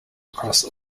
across